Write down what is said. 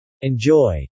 Enjoy